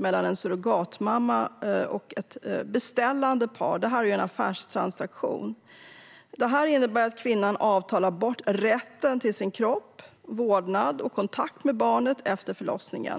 mellan en surrogatmamma och ett beställande par. Det här handlar om en affärstransaktion där kvinnan avtalar bort rätten till sin kropp och till vårdnad av och kontakt med barnet efter förlossningen.